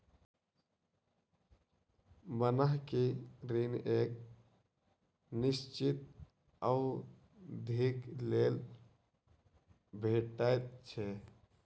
बन्हकी ऋण एक निश्चित अवधिक लेल भेटैत छै